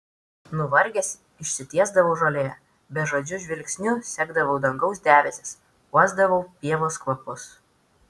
nuvargęs išsitiesdavau žolėje bežadžiu žvilgsniu sekdavau dangaus debesis uosdavau pievos kvapus